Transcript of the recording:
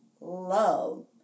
love